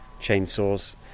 chainsaws